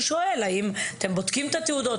הוא שואל: האם אתם בודקים את התעודות?